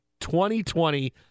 2020